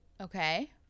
Okay